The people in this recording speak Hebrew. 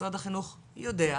משרד החינוך יודע,